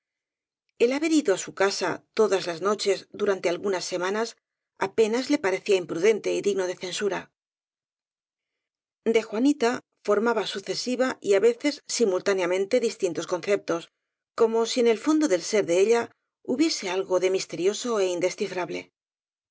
el haber ido á su casa todas las noches durante algunas se manas apenas le parecía imprudente y digno de censura de juanita formaba sucesiva y á veces si multáneamente distintos conceptos como si en el fondo del ser de ella hubiese algo de misterioso é indescifrable